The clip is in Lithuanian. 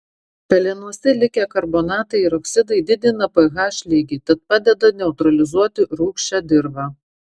pelenuose likę karbonatai ir oksidai didina ph lygį tad padeda neutralizuoti rūgščią dirvą